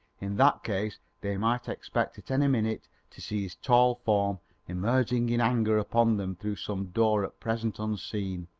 in that case they might expect at any minute to see his tall form emerging in anger upon them through some door at present unseen.